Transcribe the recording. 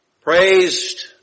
praised